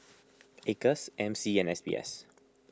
Acres M C and S B S